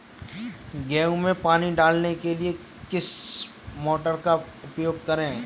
गेहूँ में पानी डालने के लिए किस मोटर का उपयोग करें?